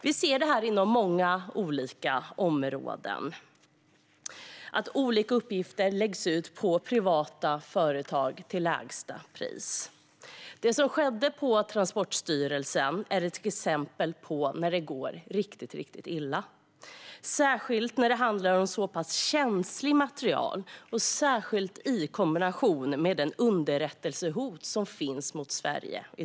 Vi ser detta inom många olika områden, där olika uppgifter läggs ut på privata företag till lägsta pris. Det som skedde på Transportstyrelsen är ett exempel på när det går riktigt, riktigt illa - särskilt eftersom det handlar om så pass känsligt material och särskilt i kombination med det underrättelsehot som finns mot Sverige.